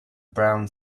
brown